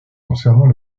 concernant